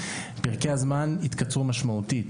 פרקי הזמן התקצרו משמעותית.